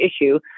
issue